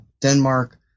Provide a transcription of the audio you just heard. Denmark